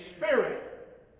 spirit